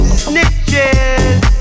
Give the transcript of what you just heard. snitches